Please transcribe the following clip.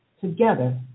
Together